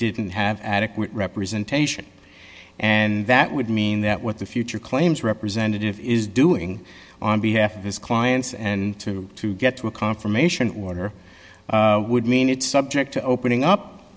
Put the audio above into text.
didn't have adequate representation and that would mean that what the future claims representative is doing on behalf of his clients and to to get to a confirmation order would mean it's subject to opening up